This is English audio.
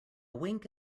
wink